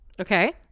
Okay